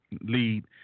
Lead